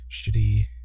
shitty